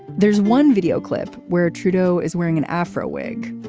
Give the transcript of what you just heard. there's one video clip where trudeau is wearing an afro wig.